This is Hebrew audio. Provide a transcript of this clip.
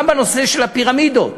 גם בנושא הפירמידות